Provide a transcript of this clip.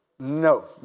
No